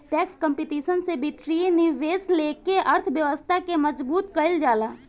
tax competition से वित्तीय निवेश लेके अर्थव्यवस्था के मजबूत कईल जाला